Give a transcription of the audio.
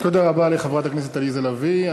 תודה רבה לחברת הכנסת עליזה לביא.